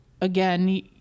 again